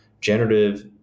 generative